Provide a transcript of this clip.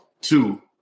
two